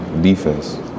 defense